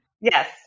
Yes